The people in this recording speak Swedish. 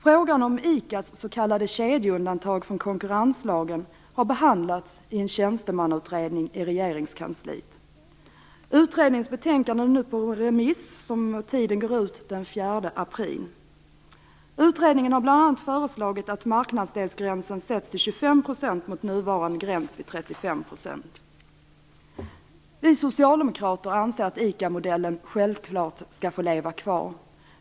Frågan om ICA:s s.k. kedjeundantag från konkurrenslagen har behandlats i en tjänstemannautredning i Regeringskansliet. Utredningens betänkande är nu ute på remiss. Tiden går ut den 4 april. Utredningen har bl.a. föreslagit att marknadsdelsgränsen sätts till 25 % Vi socialdemokrater anser att ICA-modellen självklart skall få leva kvar.